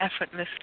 effortlessly